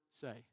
say